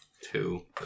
Two